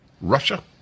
Russia